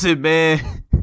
man